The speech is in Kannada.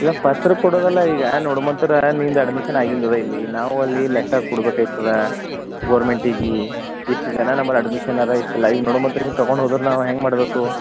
ಇವಾಗ ಪತ್ರ ಕೊಡೋದಲ್ಲ ಈಗ ನಡು ಮಂತ್ರಾ ನಿನ್ದ ಅಡ್ಮಿಷನ್ ಆಗಿಂದದ ಇಲ್ಲಿ ನಾವು ಅಲ್ಲಿ ಲೆಕ್ಕ ಕೊಡ್ಬೇಕಯ್ತದಾ ಗೋರ್ಮೆಂಟಿಗಿ ಎಷ್ಟು ಜನ ನಮ್ಮಲ್ಲಿ ಅಡ್ಮಿಷನ್ ಅರ ಎಷ್ಟು ಲೈನ್ ನಡು ಮಂತಲ್ಲಿ ನೀ ತಗೊಂಡೋದರೆ ನಾವು ಹ್ಯಾಂಗ ಮಾಡಬೇಕು